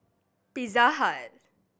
Pizza Hut